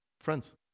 friends